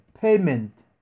payment